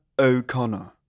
O'Connor